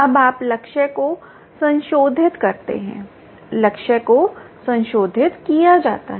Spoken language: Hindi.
अब आप लक्ष्य को संशोधित करते हैं लक्ष्य को संशोधित किया जाता है